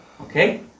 Okay